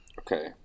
Okay